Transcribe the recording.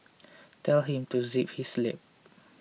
tell him to zip his lip